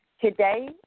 today